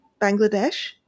bangladesh